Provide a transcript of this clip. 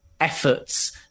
efforts